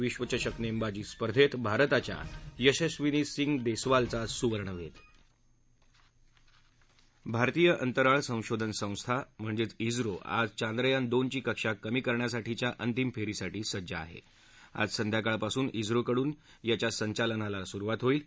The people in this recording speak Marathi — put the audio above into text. विश्वचषक नस्तिजी स्पर्धेत भारताच्या यशस्विनी सिंग दस्तिलचा सुवर्णवध्त भारतीय अंतराळ संशोधन संस्था इच्चो आज चांद्रयान दोनची कक्षा कमी करण्यासाठीच्या अंतिम फ्रींसाठी सज्ज आह आज सायंकाळपासून इस्रोकडून याच्या संचालनाला सुरुवात होईल